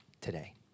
today